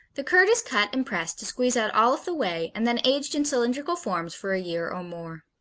the curd is cut and pressed to squeeze out all of the whey and then aged in cylindrical forms for a year or more.